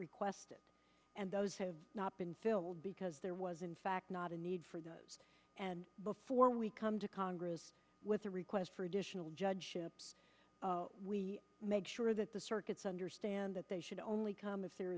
requested and those have not been filled because there was in fact not a need for them and before we come to congress with a request for additional judgeships we make sure that the circuits understand that they should only come if there